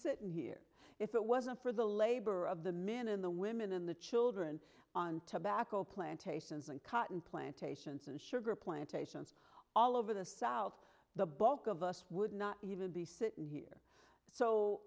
sitting here if it wasn't for the labor of the men in the women in the children on tobacco plantations and cotton plantations and sugar plantations all over the south the bulk of us would not even be sitting here